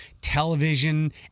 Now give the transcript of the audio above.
television